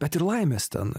bet ir laimės ten